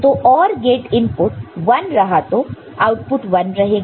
तो OR gate input 1 रहा तो आउटपुट 1 रहेगा